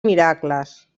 miracles